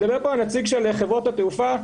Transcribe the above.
דיבר פה הנציג של חברות התעופה.